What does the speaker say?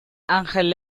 angel